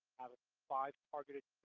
have ah five targeted